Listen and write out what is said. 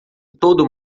todo